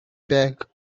back